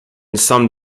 some